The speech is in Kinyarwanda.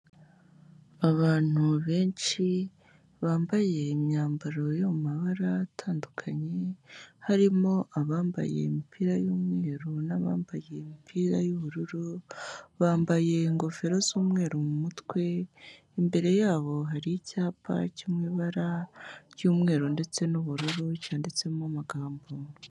Abantu benshi bambaye imyambaro yo mu mabara atandukanye, harimo abambaye imipira y'umweru n'abambaye imipira y'ubururu, bambaye ingofero z'umweru mu mutwe, imbere yabo hari icyapa cyo mu ibara ry'umweru ndetse n'ubururu, cyanditsemo amagambo.